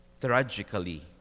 tragically